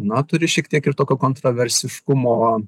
na turi šiek tiek ir tokio kontraversiškumo